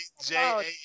-J